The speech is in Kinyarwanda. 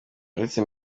uretse